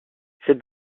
cette